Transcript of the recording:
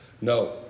No